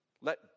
Let